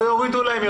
לא יורידו להם יותר.